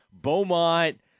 Beaumont